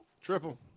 Triple